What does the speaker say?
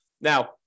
Now